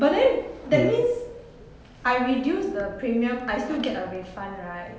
but then that means I reduce the premium I still get a refund right